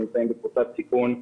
נמצאים בתקופת סיכון,